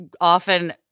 often